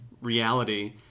reality